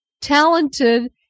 talented